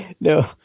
No